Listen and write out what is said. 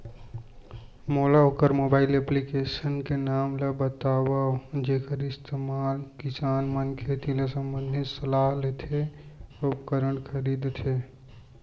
मोला वोकर mobile application के नाम ल बतावव जेखर इस्तेमाल किसान मन खेती ले संबंधित सलाह लेथे अऊ उपकरण खरीदथे?